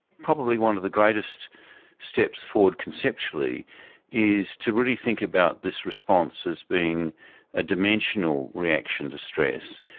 probably one of the greatest steps forward conceptually is to really think about this response as being a dimensional reaction to stress,